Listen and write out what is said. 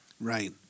Right